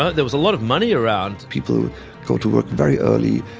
ah there was a lot of money around people go to work very early,